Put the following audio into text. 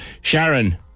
Sharon